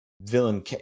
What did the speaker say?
villain